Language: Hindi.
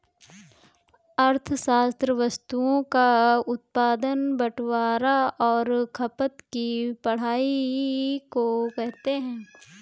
अर्थशास्त्र वस्तुओं का उत्पादन बटवारां और खपत की पढ़ाई को कहते हैं